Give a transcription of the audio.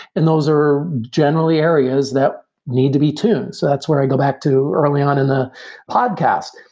and those are generally areas that need to be tuned. so that's where i go back to early on in the podcast.